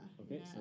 Okay